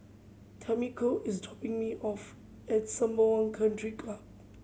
Tamiko is dropping me off at Sembawang Country Club